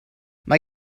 mae